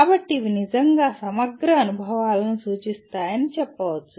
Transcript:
కాబట్టి ఇవి నిజంగా సమగ్ర అనుభవాలను సూచిస్తాయని చెప్పవచ్చు